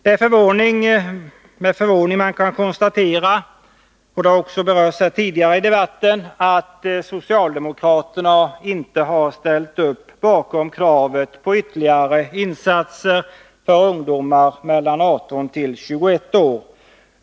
Det är med förvåning man kan konstatera — detta har berörts också tidigare i debatten — att socialdemokraterna inte har ställt upp bakom kravet på ytterligare insatser för ungdomar mellan 18 och 21 år.